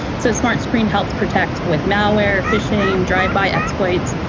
so smartscreen helps protect with malware, phishing, drive-by, exploits.